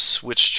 switched